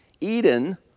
Eden